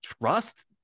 trust